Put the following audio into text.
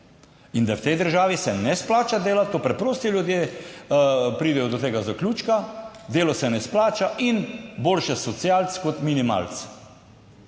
in da v tej državi se ne splača delati. Preprosti ljudje pridejo do tega zaključka: Delo se ne splača in »Boljše social'c kot minimal'c«.